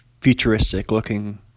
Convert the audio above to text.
futuristic-looking